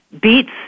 beets